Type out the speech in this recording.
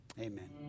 Amen